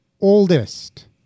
oldest